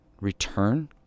return